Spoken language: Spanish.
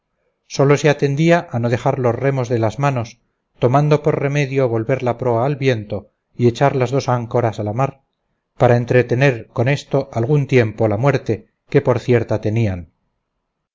sólo se atendía a no dejar los remos de las manos tomando por remedio volver la proa al viento y echar las dos áncoras a la mar para entretener con esto algún tiempo la muerte que por cierta tenían